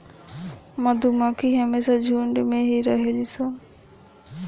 मधुमक्खी हमेशा झुण्ड में ही रहेली सन